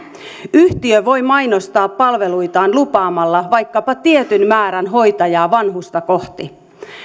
yhtiö voi mainostaa palveluitaan lupaamalla vaikkapa tietyn määrän hoitajia vanhusta kohti